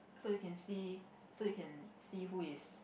so you can see so you can see who is